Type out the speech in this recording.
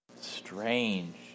Strange